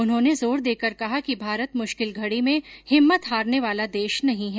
उन्होंने जोर देकर कहा कि भारत मुश्किल घड़ी में हिम्मत हारने वाला देश नहीं है